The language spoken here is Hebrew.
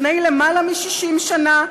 לפני למעלה מ-60 שנה,